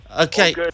Okay